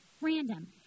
Random